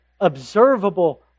observable